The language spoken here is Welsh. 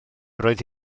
roedd